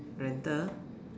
rental